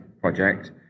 project